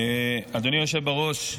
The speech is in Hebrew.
אדוני היושב בראש,